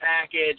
package